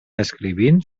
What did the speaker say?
escrivint